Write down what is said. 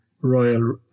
royal